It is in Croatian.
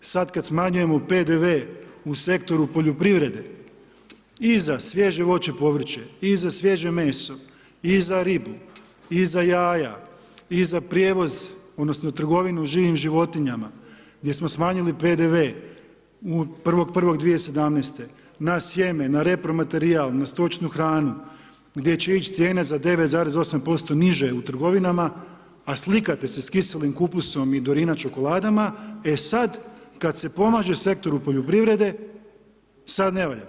Sada kad smanjujemo PDV-e u sektoru poljoprivrede i za svježe voće i povrće, i za svježe meso, i za ribu, i za jaja, i za prijevoz odnosno trgovinu živim životinjama gdje smo smanjili PDV-e 1.1. 2017. na sjeme, na repromaterijal, na stočnu hranu gdje će ići cijene za 9,8% niže u trgovinama, a slikate se s kiselim kupusom i Dorina čokoladama, e sada kada se pomaže sektoru poljoprivrede sad ne valja.